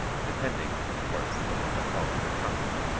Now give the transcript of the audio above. depending, of course, upon the quality of costume.